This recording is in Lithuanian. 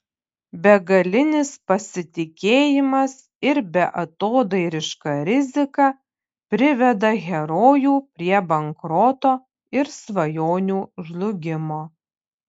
begalinis pasitikėjimas ir beatodairiška rizika priveda herojų prie bankroto ir svajonių žlugimo